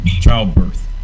childbirth